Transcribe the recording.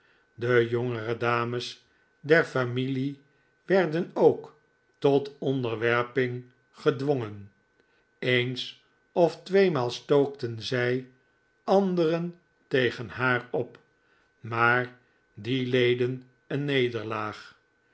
de jongere dames der familie werden ook tot onderwerping gedwongen eens of tweemaal stookten zij anderen tegen haar op maar die leden een nederlaag